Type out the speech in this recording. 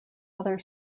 other